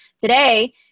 Today